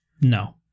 no